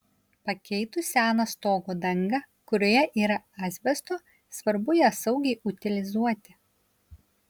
pakeitus seną stogo dangą kurioje yra asbesto svarbu ją saugiai utilizuoti